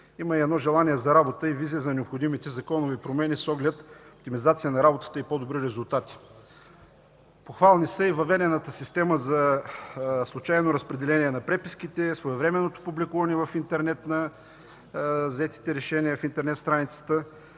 че има желание за работа и визия за необходимите законови промени с оглед оптимизация на работата й и по-добри резултати. Похвални са и въведената система за случайно разпределение на преписките, своевременното публикуване в интернет страницата на взетите решения, както и добрата